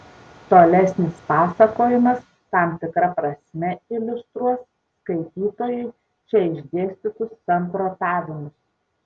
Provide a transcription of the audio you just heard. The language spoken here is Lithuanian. tolesnis pasakojimas tam tikra prasme iliustruos skaitytojui čia išdėstytus samprotavimus